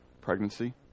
pregnancy